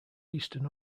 eastern